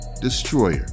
destroyer